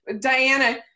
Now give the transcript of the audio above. diana